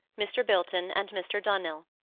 mr. bilton, and mr. dunnill.